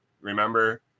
remember